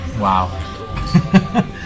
Wow